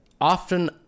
often